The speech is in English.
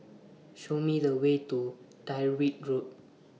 Show Me The Way to Tyrwhitt Road